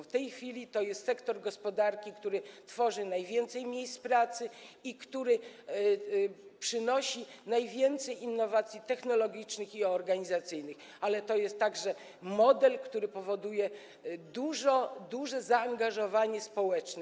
W tej chwili to jest sektor gospodarki, który tworzy najwięcej miejsc pracy i który przynosi najwięcej innowacji technologicznych i organizacyjnych, ale to jest także model, który powoduje duże zaangażowanie społeczne.